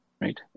right